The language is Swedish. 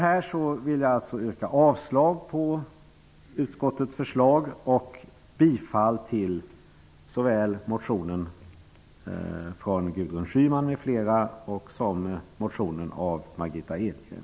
Jag vill yrka avslag på utskottets förslag och bifall till såväl motionen från Gudrun Schyman m.fl. som motionen från Margitta Edgren.